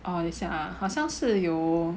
err 等一下啊好像是有